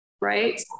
right